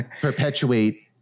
perpetuate